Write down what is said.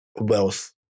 wealth